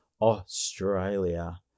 Australia